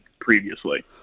previously